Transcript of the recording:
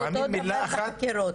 ואותו דבר בחקירות.